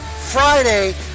Friday